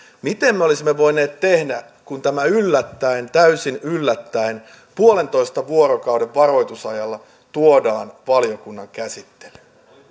miten me olisimme voineet tehdä kun tämä yllättäen täysin yllättäen puolentoista vuorokauden varoitusajalla tuodaan valiokunnan käsittelyyn